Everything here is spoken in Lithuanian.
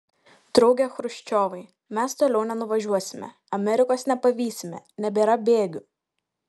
drauge chruščiovai mes toliau nenuvažiuosime amerikos nepavysime nebėra bėgių